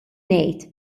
ngħid